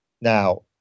Now